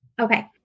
Okay